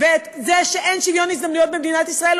ואת זה שאין שוויון הזדמנויות במדינת ישראל,